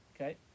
Okay